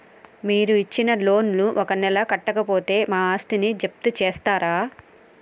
మీరు ఇచ్చిన లోన్ ను ఒక నెల కట్టకపోతే మా ఆస్తిని జప్తు చేస్తరా?